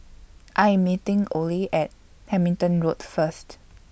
I Am meeting Ole At Hamilton Road First